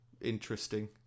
interesting